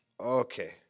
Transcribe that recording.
Okay